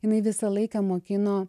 jinai visą laiką mokino